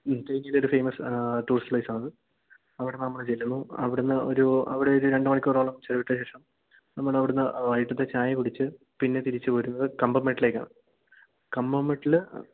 തേനീലൊരു famous tourist പ്ളേയ്സാണ് അവിടെ നമ്മൾ ചെല്ലുന്നു അവിടെന്ന് ഒരു അവിടെയൊരു രണ്ട് മണിക്കൂറോളം ചിലവിട്ട ശേഷം നമ്മൾ അവിടുന്ന് വൈകിട്ടത്തേ ചായ കുടിച്ച് പിന്നെ തിരിച്ച് പോരുന്നത് കമ്പം മേട്ടിലേക്കാണ് കമ്പം മേട്ടിൽ